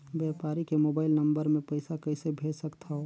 व्यापारी के mobile number मे पईसा कइसे भेज सकथव?